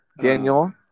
Daniel